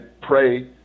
pray